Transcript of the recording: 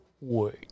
Wait